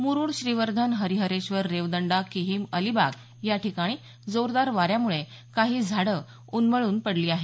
मुरुड श्रीवर्धन हरिहरेश्वर रेवदंडा किहिम अलिबाग या ठिकाणी जोरदार वाऱ्यामुळे काही झाड उन्मळून पडली आहेत